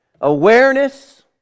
Awareness